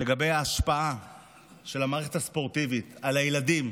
לגבי ההשפעה של המערכת הספורטיבית על הילדים,